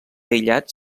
aïllat